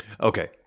Okay